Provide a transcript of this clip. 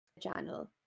channel